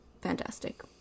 fantastic